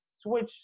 switch